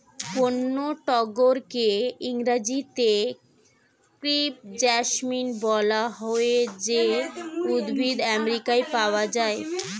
বন্য টগরকে ইংরেজিতে ক্রেপ জেসমিন বলা হয় যে উদ্ভিদ আমেরিকায় পাওয়া যায়